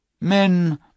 Men